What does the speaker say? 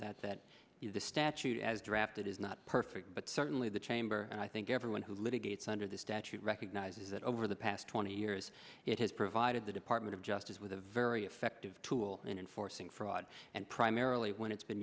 that that the statute as drafted is not perfect but certainly the chamber and i think everyone who litigate under this statute recognizes that over the past twenty years it has provided the department of justice with a very effective tool in enforcing fraud and primarily when it's been